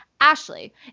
Ashley